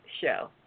show